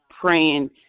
praying